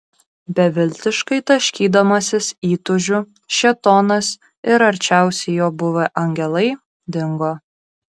beviltiškai taškydamasis įtūžiu šėtonas ir arčiausiai jo buvę angelai dingo